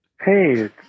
Hey